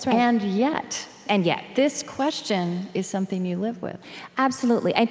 so and yet, and yet, this question is something you live with absolutely. and